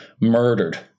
murdered